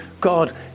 God